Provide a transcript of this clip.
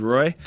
Roy